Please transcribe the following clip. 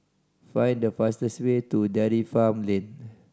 find the fastest way to Dairy Farm Lane